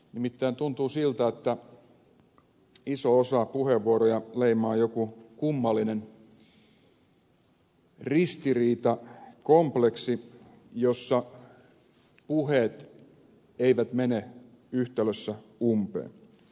nimittäin tuntuu siltä että isoa osaa puheenvuoroja leimaa joku kummallinen ristiriitakompleksi jossa puheet eivät mene yhtälössä umpeen